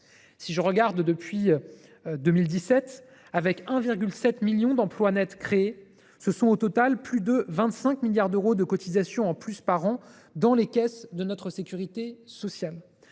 Si je regarde le bilan depuis 2017, avec 1,7 million d’emplois nets créés, ce sont au total plus de 25 milliards d’euros de cotisations en plus par an dans les caisses de la sécurité sociale.